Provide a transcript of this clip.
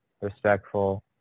respectful